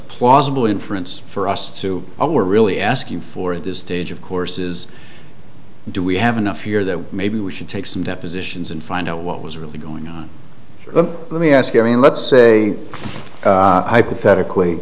plausible inference for us through our really asking for at this stage of course is do we have enough here that maybe we should take some depositions and find out what was really going on but let me ask you i mean let's say hypothetically